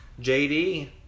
JD